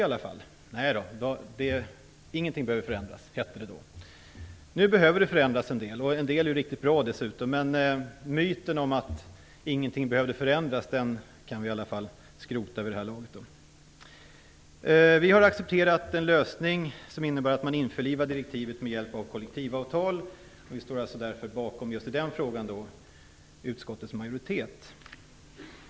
Men det hette då att ingenting skulle behöva förändras. Nu behöver en del saker förändras, och en del är riktigt bra dessutom. Men myten om att ingenting behövde förändras kan vi i alla fall skrota vid det här laget. Vi har accepterat en lösning som innebär att man införlivar direktivet med hjälp av kollektivavtal. Just i den frågan står vi alltså bakom utskottets majoritet.